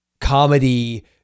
comedy